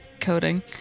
coding